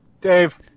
Dave